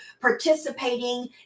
participating